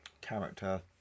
character